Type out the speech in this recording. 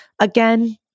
Again